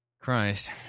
Christ